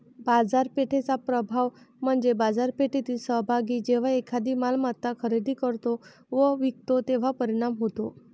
बाजारपेठेचा प्रभाव म्हणजे बाजारपेठेतील सहभागी जेव्हा एखादी मालमत्ता खरेदी करतो व विकतो तेव्हा परिणाम होतो